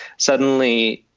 suddenly,